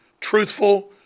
truthful